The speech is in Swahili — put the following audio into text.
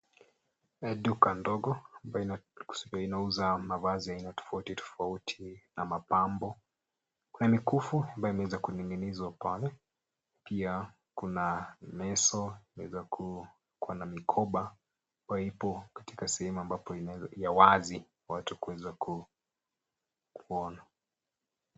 Duka ndogo ambayo inauza mavazi ya aina tofauti tofauti na mapambo. Kuna mikufu ambayo imeweza kuning'inizwa pale. Pia kuna leso imeweza kuwa na mikoba ambayo ipo katika sehemu ya wazi ya watu kuweza kuona.